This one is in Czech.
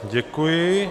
Děkuji.